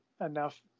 enough